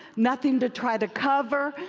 nothing to try to cover,